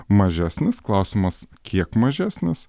mažesnis klausimas kiek mažesnis